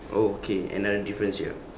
oh okay another difference here